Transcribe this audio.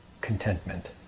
contentment